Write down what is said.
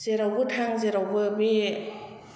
जेरावबो थां जेरावबो बि